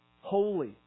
holy